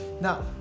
Now